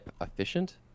efficient